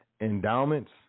endowments